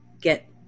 get